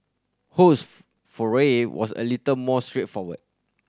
Ho's foray was a little more straightforward